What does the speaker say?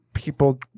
People